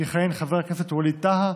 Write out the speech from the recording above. יכהן חבר הכנסת ווליד טאהא,